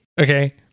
Okay